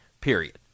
period